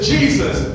Jesus